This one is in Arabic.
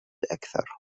أكثر